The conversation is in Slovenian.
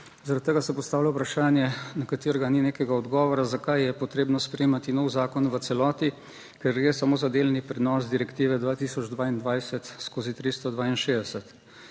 Zaradi tega se postavlja vprašanje na katerega ni nekega odgovora, zakaj je potrebno sprejemati nov zakon v celoti, ker gre samo za delni prenos direktive 2022 skozi 362,